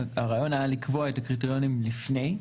הרעיון היה לקבוע את הקריטריונים לפני,